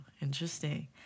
Interesting